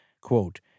Quote